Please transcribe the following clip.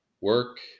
Work